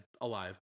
alive